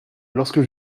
lorsque